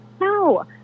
No